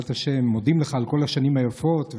מודים לך על כל השנים היפות,